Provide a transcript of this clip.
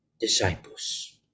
disciples